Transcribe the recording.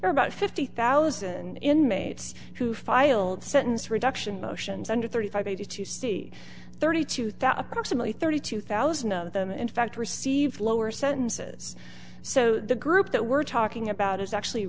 are about fifty thousand inmates who filed sentence reduction motions under thirty five eighty two c thirty two thousand thirty two thousand of them in fact received lower sentences so the group that we're talking about is actually